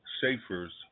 Schaefer's